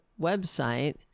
website